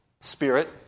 spirit